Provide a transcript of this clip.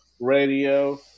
Radio